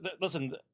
listen